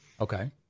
Okay